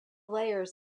layers